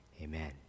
amen